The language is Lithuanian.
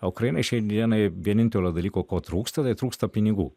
o ukrainai šiai dienai vienintelio dalyko ko trūksta tai trūksta pinigų